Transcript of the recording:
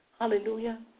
Hallelujah